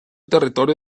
territorio